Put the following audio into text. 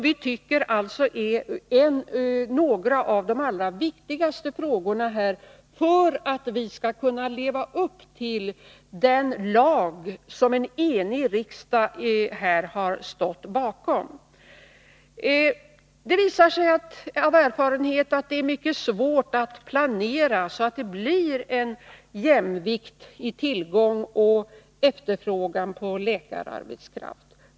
Vi tycker att detta är några av de allra viktigaste frågorna att lösa för att vi skall kunna leva upp till den lag som en enig riksdag har stått bakom. Det visar sig av erfarenhet att det är mycket svårt att planera så att det blir jämvikt i tillgång och efterfrågan på läkararbetskraft.